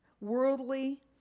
worldly